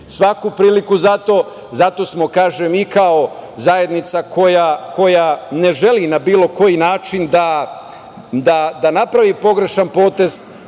svaku priliku za to. Zato smo, kažem, i kao zajednica koja ne želi na bilo koji način da napravi pogrešan potez